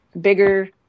bigger